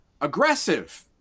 aggressive